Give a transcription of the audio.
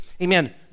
Amen